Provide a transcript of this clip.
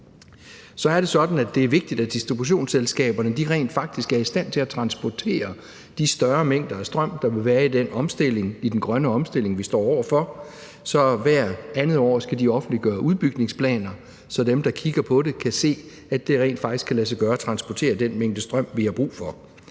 det er vigtigt, at distributionsselskaberne rent faktisk er i stand til at transportere de større mængder af strøm, der vil være i den omstilling – den grønne omstilling – vi står over for. Så hvert andet år skal de offentliggøre udbygningsplaner, så dem, der kigger på det, kan se, at det rent faktisk kan lade sig gøre at transportere den mængde strøm, vi har brug for.